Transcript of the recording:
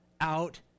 out